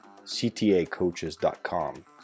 ctacoaches.com